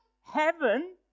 heaven